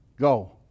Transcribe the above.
Go